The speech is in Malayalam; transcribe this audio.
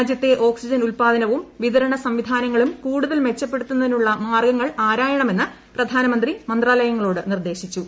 രാജ്യത്തെ ഓക്സിജൻ ഉത്പാദനവും വിതരണ സ്സംവിധാനങ്ങളും കൂടുതൽ മെച്ചപ്പെടുത്തു ന്നതിനുള്ള മാർഗ്ഗങ്ങൾ ആരായണമെന്ന് പ്രധാനമന്ത്രി മന്ത്രാലയ ങ്ങളോട് നിർദ്ദേശിച്ചു